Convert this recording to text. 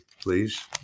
please